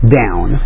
down